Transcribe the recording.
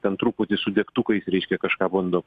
ten truputį su degtukais reiškia kažką bando